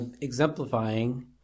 exemplifying